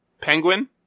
penguin